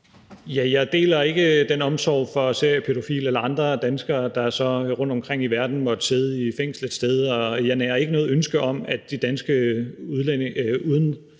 Jeg deler ikke den omsorg for seriepædofile eller andre danskere, der rundtomkring i verden måtte sidde i fængsel et sted, og jeg nærer ikke noget ønske om, at den danske udenrigstjeneste